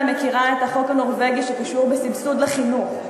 אני מכירה את החוק הנורבגי שקשור בסבסוד לחינוך,